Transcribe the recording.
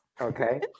Okay